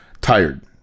Tired